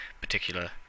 particular